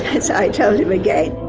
and so i told him again.